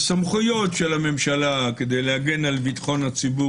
הסמכויות של הממשלה כדי להגן על ביטחון הציבור